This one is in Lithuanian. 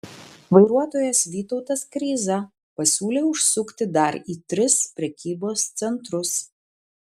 vairuotojas vytautas kreiza pasiūlė užsukti dar į tris prekybos centrus